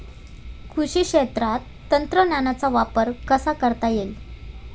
कृषी क्षेत्रात तंत्रज्ञानाचा वापर कसा करता येईल?